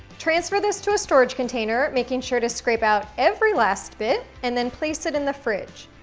transfer this to a storage container, making sure to scrape out every last bit, and then place it in the fridge.